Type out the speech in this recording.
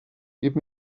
give